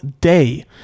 day